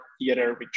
theater